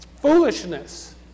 Foolishness